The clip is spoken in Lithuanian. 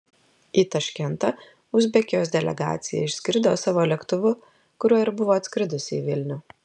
į taškentą uzbekijos delegacija išskrido savo lėktuvu kuriuo ir buvo atskridusi į vilnių